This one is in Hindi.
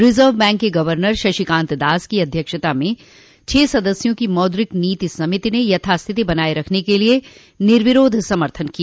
रिजर्व बैंक के गवर्नर शक्तिकांत दास की अध्यक्षता में छह सदस्यों की मौद्रिक नीति समिति ने यथास्थिति बनाए रखने के लिए निर्विरोध समर्थन किया